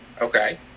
Okay